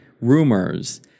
rumors